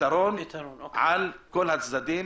פתרון על כל הצדדים.